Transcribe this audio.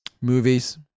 Movies